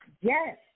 Yes